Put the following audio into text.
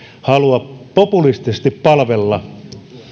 halua populistisesti palvella